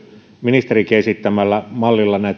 ministerinkin esittämällä mallilla